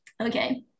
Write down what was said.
okay